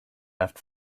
left